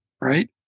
right